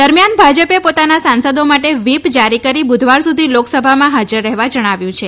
દરમ્યાન ભાજપે પોતાના સાંસદો માટે વ્હીપ જારી કરી બુધવાર સુધી લોકસભામાં હાજર રહેવા જણાવ્યું છે